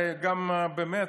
הרי באמת,